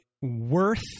worth